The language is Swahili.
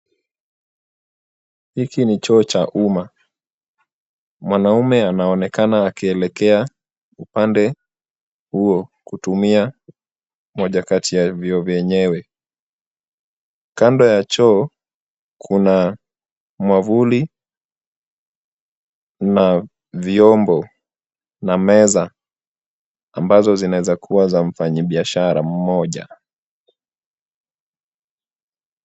Hiki ni choo cha umma. Mwanamume anaonekana akielekea upande huo kutumia moja kati ya vyoo vyenyewe. Kando ya choo kuna mwavuli na viombo na meza ambazo zinawezakuwa za mfanyibiashara mmoja.